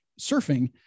surfing